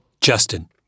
Justin